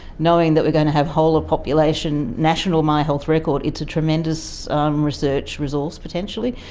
knowing that we're going to have whole-of-population national my health record, it's a tremendous research resource, potentially,